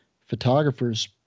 photographers